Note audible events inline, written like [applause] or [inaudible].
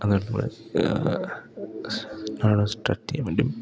അതുപോലെ നമ്മൾ [unintelligible] പറ്റും